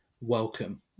welcome